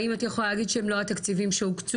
האם את יכולה להגיד שאם לא התקציבים שהוקצו,